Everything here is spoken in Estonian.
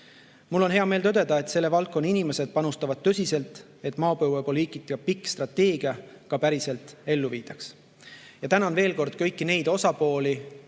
Mul on hea meel tõdeda, et selle valdkonna inimesed panustavad tõsiselt, et maapõuepoliitika pikk strateegia ka päriselt ellu viidaks. Tänan veel kord kõiki osapooli,